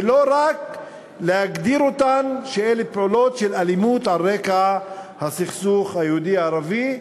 ולא רק להגדיר אותן כפעולות של אלימות על רקע הסכסוך היהודי ערבי,